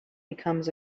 becomes